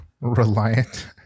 reliant